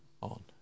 on